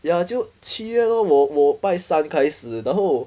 ya 就七月 lor 我我拜三开始然后